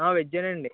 వెజ్జేనండి